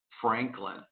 Franklin